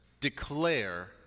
declare